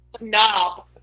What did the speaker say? knob